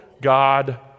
God